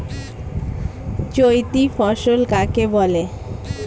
চৈতি ফসল কাকে বলে?